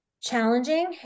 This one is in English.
challenging